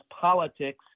politics